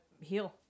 heal